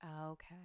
Okay